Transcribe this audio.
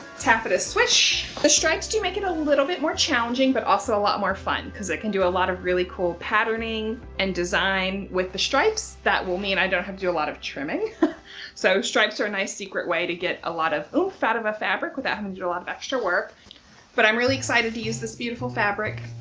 taffeta switch the stripes do make it a little bit more challenging but also a lot more fun because it can do a lot of really cool patterning and design with the stripes that will mean i don't have to do a lot of trimming so stripes are a nice secret way to get a lot of oomph out of a fabric without having and to do a lot of extra work but i'm really excited to use this beautiful fabric